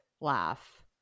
laugh